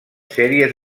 sèries